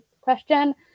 question